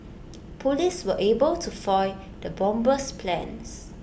Police were able to foil the bomber's plans